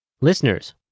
Listeners